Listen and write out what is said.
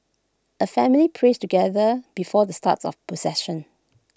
A family prays together before the starts of procession